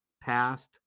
past